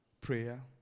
prayer